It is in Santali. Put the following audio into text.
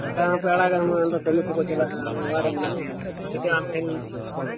ᱪᱷᱚᱴᱟ ᱨᱮᱯᱮ ᱟᱲᱟᱜᱟ ᱦᱩᱱᱟᱹᱜ ᱟᱫᱚ ᱠᱟᱹᱢᱤ ᱠᱚᱠᱚ ᱪᱟᱞᱟᱜᱼᱟ ᱦᱩᱱᱟᱹᱜ ᱚᱲᱟᱜ ᱨᱮ ᱢᱮᱱᱟᱜ ᱢᱮᱭᱟ ᱚᱱᱟ ᱪᱤᱠᱟᱹ ᱟᱢ ᱴᱷᱮᱱ ᱯᱷᱳᱱ ᱠᱟᱜᱼᱟ